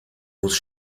muss